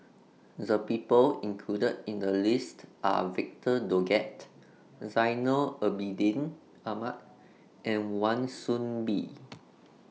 The People included in The list Are Victor Doggett Zainal Abidin Ahmad and Wan Soon Bee